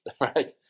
right